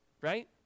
right